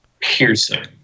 Piercing